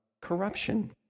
corruption